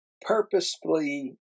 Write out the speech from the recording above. purposefully